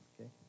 okay